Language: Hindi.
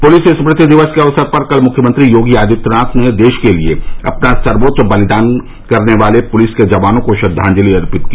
पुलिस स्मृति दिवस के अवसर पर कल मुख्यमंत्री योगी आदित्यनाथ ने देश के लिए अपना सर्वोच्च बलिदान करने वाले पुलिस के जवानों को श्रद्वांजलि अर्पित की